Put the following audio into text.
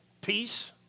Peace